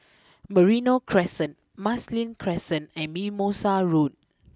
Merino Crescent Marsiling Crescent and Mimosa Road